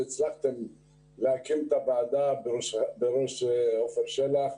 הצלחתם להקים את הוועדה בראשותו של עפר שלח.